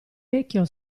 vecchio